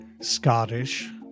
Scottish